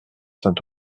saint